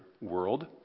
world